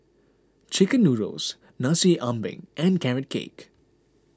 Chicken Noodles Nasi Ambeng and Carrot Cake